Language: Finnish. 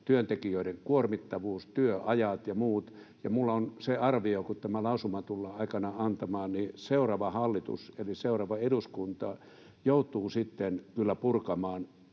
työntekijöiden kuormittavuus, työajat ja muut. Minulla on se arvio, että kun tämä lausuma tullaan aikanaan antamaan, niin seuraava hallitus ja seuraava eduskunta joutuvat sitten kyllä purkamaan